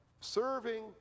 serving